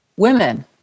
Women